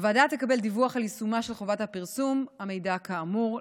הוועדה תקבל דיווח על יישומה של חובת פרסום המידע כאמור.